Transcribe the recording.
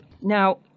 Now